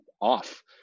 off